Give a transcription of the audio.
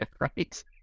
Right